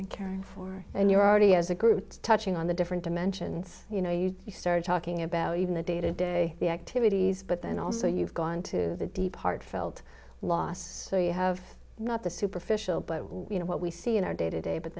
been caring for and you already as a group touching on the different dimensions you know you start talking about even the day to day activities but then also you've gone to the deep heartfelt loss so you have not the superficial but you know what we see in our day to day but